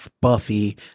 Buffy